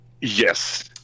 Yes